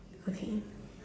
okay